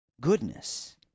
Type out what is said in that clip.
goodness